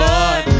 Lord